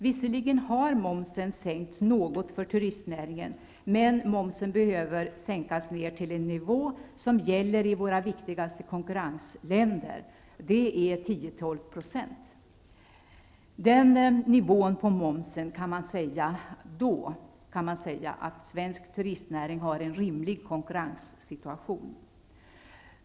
Visserligen har momsen sänkts något för turistnäringen, men momsen behöver sänkas till en nivå som gäller i våra viktigaste konkurrentländer, där den är 10-- 12 %. Med den nivån på momsen kan man säga att svensk turistnäring har en rimlig konkurrenssituation.